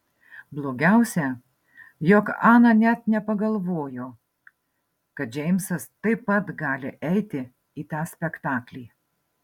blogiausia jog ana net nepagalvojo kad džeimsas taip pat gali eiti į tą spektaklį